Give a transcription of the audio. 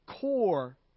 core